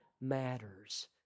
matters